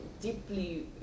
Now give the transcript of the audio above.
deeply